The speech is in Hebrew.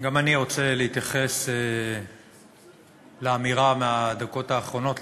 גם אני רוצה להתייחס לאמירה מהדקות האחרונות,